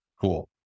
Cool